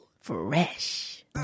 fresh